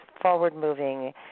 forward-moving